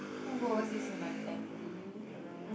i wanna go overseas with my family i don't know